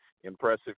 impressive